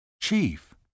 Chief